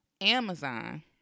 Amazon